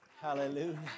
Hallelujah